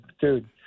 dude